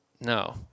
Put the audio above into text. No